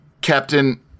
Captain